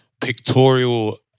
pictorial